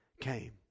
came